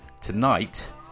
tonight